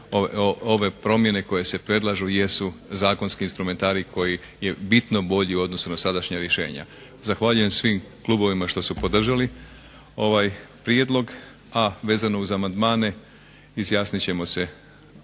ove promjene koje se predlažu jesu zakonski instrumentarij koji je bitno bolji u odnosu na sadašnja rješenja. Zahvaljujem svim klubovima što su podržali ovaj prijedlog, a vezano uz amandmane izjasnit ćemo se